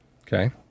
Okay